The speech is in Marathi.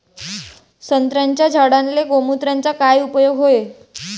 संत्र्याच्या झाडांले गोमूत्राचा काय उपयोग हाये?